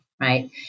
right